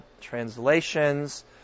translations